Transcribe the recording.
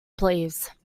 please